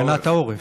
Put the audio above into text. להגנת העורף,